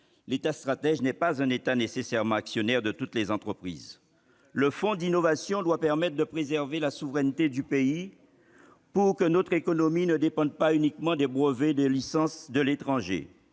L'État stratège n'est pas nécessairement un État actionnaire de toutes les entreprises. Le fonds d'innovation doit permettre de préserver la souveraineté du pays, pour que notre économie ne dépende pas uniquement de brevets et de licences de l'étranger.